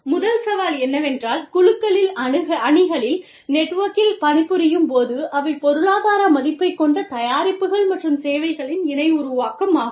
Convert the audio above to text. முதல் சவால் என்னவென்றால் குழுக்களில் அணிகளில் நெட்வொர்கில் பணிபுரியும் போது அவை பொருளாதார மதிப்பைக் கொண்ட தயாரிப்புகள் மற்றும் சேவைகளின் இணை உருவாக்கம் ஆகும்